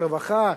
רווחה,